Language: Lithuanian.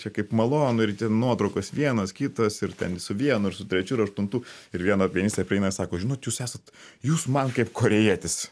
čia kaip malonu ir ten nuotraukos vienos kitos ir ten su vienu ir su trečiu ir aštuntu ir viena pianistė prieina ir sako žinot jūs esat jūs man kaip korėjietis